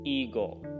eagle